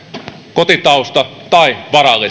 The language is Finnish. kotitausta tai varallisuus